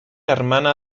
hermana